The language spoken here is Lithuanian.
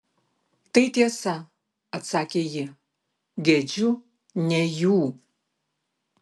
tai tiesa atsakė ji gedžiu ne jų